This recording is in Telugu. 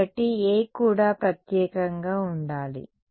కాబట్టి A కూడా ప్రత్యేకంగా ఉండాలి